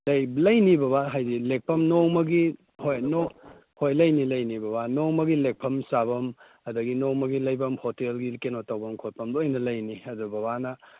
ꯂꯩ ꯂꯩꯅꯤ ꯕꯕꯥ ꯍꯥꯏꯗꯤ ꯂꯦꯛꯐꯝ ꯅꯣꯡꯃꯒꯤ ꯍꯣꯏ ꯅꯣꯡ ꯍꯣꯏ ꯂꯩꯅꯤ ꯂꯩꯅꯤ ꯕꯕꯥ ꯅꯣꯡꯃꯒꯤ ꯂꯦꯛꯐꯝ ꯆꯥꯐꯝ ꯑꯗꯒꯤ ꯅꯣꯡꯃꯒꯤ ꯂꯩꯐꯝꯒꯤ ꯍꯣꯇꯦꯜꯒꯤ ꯀꯩꯅꯣ ꯇꯧꯐꯝ ꯈꯣꯠꯐꯝ ꯂꯣꯏꯅ ꯂꯩꯅꯤ ꯑꯗꯨ ꯕꯕꯥꯅ